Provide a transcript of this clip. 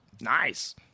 Nice